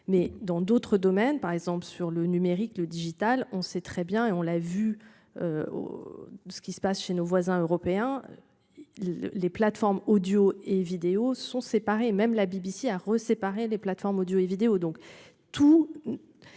Mais dans d'autres domaines, par exemple sur le numérique, le digital. On sait très bien et on l'a vu. De ce qui se passe chez nos voisins européens. Les plateformes Audio et vidéo sont séparés. Même la BBC a re séparer les plateformes Audio et vidéo